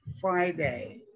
Friday